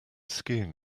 skiing